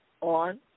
on